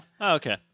Okay